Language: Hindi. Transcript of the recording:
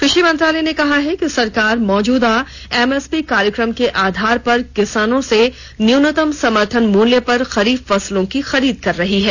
कृषि मंत्रालय ने कहा है कि सरकार मौजूदा एम एस पी कार्यक्रम के आधार पर किसानों से न्यूनतम समर्थन मूल्य पर खरीफ फसलों की खरीद कर रही है